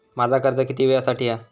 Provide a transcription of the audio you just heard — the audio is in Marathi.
माझा कर्ज किती वेळासाठी हा?